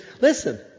Listen